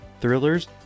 thrillers